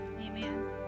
Amen